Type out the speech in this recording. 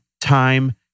time